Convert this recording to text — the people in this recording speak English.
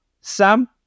Sam